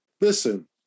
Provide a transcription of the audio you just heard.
Listen